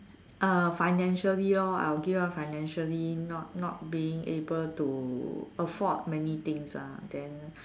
uh financially lor I will give up financially not not being able to afford many things ah then